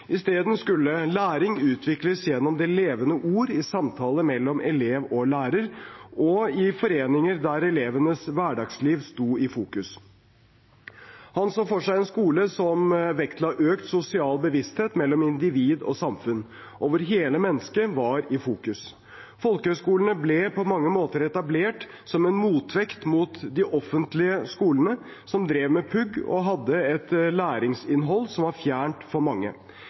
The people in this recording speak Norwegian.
Isteden skulle læring utvikles gjennom det levende ord, i samtale mellom elev og lærer og i forelesninger der elevenes hverdagsliv sto i fokus. Han så for seg en skole som vektla økt sosial bevissthet mellom individ og samfunn, og hvor hele mennesket var i fokus. Folkehøyskolene ble på mange måter etablert som en motvekt mot de offentlige skolene, som drev med pugg og hadde et læringsinnhold som var fjernt for mange.